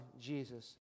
Jesus